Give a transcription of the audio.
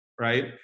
right